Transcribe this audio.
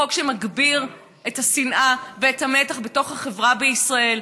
חוק שמגביר את השנאה ואת המתח בתוך החברה בישראל.